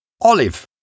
Olive